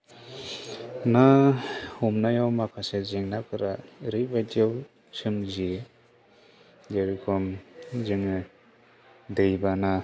ना हमनायाव माखासे जेंनाफोरा ओरैबायदियाव सोमजियो जे रोखोम जोङो दैबाना